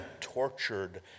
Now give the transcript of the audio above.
tortured